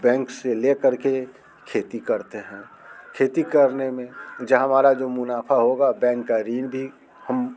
bank से ले करके खेती करते हैं खेती करने में जहाँ हमारा जो मुनाफा होगा बैंक का ऋण भी हम